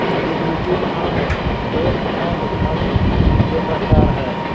equity fund, debt fund fund के प्रकार हय